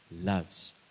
loves